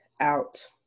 out